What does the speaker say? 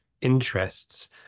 interests